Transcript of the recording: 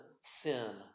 sin